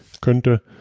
könnte